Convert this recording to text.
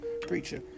preacher